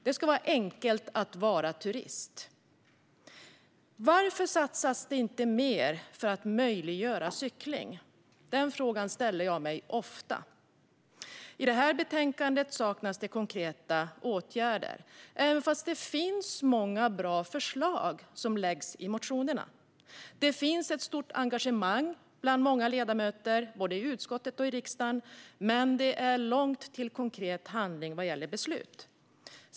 Det ska vara enkelt att cykla även som turist. Varför satsas det inte mer på att möjliggöra cykling? Den frågan ställer jag mig ofta. I detta betänkande saknas det konkreta åtgärder, trots att det finns många bra förslag i motionerna. Det finns ett stort engagemang bland många ledamöter både i utskottet och i riksdagen, men det är långt till konkret handling vad gäller beslut.